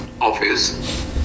office